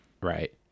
Right